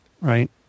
right